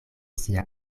sia